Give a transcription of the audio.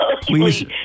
Please